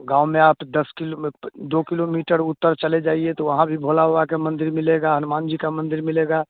गाँव में आप दस किलोमिट्र दो किलोमीटर उत्तर चले जाइए तो वहाँ भी भोले बाबा के मंदिर मिलेगा हनुमान जी का मंदिर मिलेगा